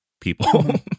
people